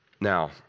Now